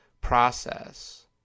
process